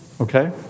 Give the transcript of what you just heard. Okay